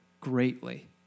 greatly